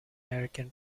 american